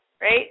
right